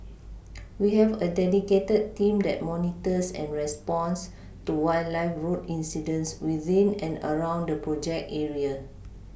we have a dedicated team that monitors and responds to wildlife road incidents within and around the project area